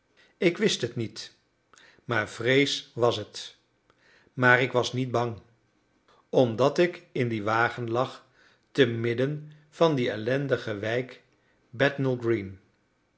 ik wist het niet maar vrees was het maar ik was niet bang omdat ik in dien wagen lag temidden van die ellendige wijk